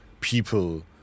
people